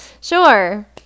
sure